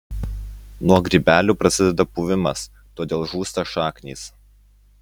nuo grybelių prasideda puvimas todėl žūsta šaknys